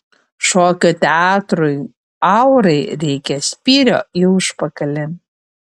šokio teatrui aurai reikia spyrio į užpakalį